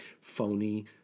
phony